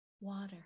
water